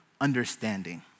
understanding